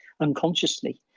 unconsciously